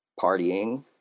partying